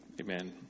amen